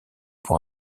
pour